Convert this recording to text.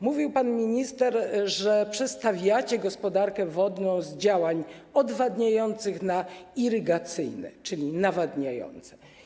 Mówił pan minister, że przestawiacie gospodarkę wodną z działań odwadniających na irygacyjne, czyli nawadniające.